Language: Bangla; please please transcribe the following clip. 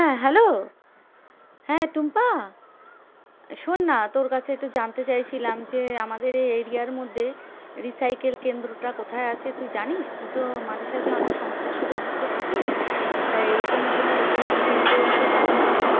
হ্যাঁ হ্যালো হ্যাঁ টুম্পা শোন না তোর কাছে একটু জানতে চাইছিলাম যে আমাদের এই এরিয়ার মধ্যে রিসাইকেল কেন্দ্রটা কোথায় আছে তুই জানিস তুই তো মাঝে সাঝে অনেক সংস্থার সাথে যুক্ত থাকিস তাই এরকম কোনো রিসাইকেল কেন্দ্র তো জানা আছে